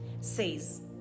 says